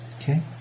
Okay